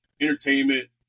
entertainment